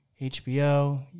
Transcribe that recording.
HBO